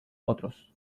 otros